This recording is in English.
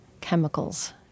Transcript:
chemicals